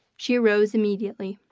she arose immediately.